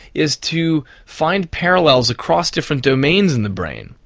is to find parallels across different domains in the brain.